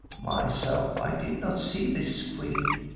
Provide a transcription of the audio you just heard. myself i did not see this queen,